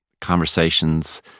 Conversations